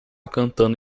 cantando